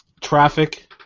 Traffic